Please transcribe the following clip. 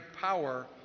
Power